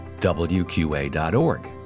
wqa.org